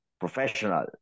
Professional